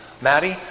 Maddie